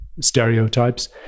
stereotypes